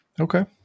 Okay